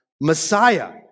Messiah